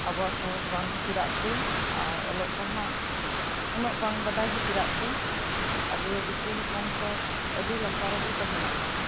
ᱟᱵᱚᱣᱟᱜ ᱥᱟᱦᱚᱥ ᱵᱟᱝ ᱠᱷᱟᱹᱛᱤᱨᱟᱜ ᱛᱮ ᱟᱨ ᱚᱞᱚᱜ ᱯᱟᱲᱦᱟᱜ ᱩᱱᱟᱹᱜ ᱵᱟᱝ ᱵᱟᱰᱟᱭ ᱠᱷᱟᱹᱛᱤᱨᱟᱜ ᱛᱮ ᱟᱵᱚ ᱫᱚ ᱫᱮᱹᱠᱳ ᱦᱚᱯᱚᱱ ᱠᱷᱚᱱ ᱟᱹᱰᱤ ᱞᱟᱛᱟᱨ ᱨᱮᱵᱚ ᱛᱟᱦᱮᱱᱚᱜ ᱠᱟᱱᱟ